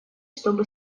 чтобы